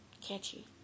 catchy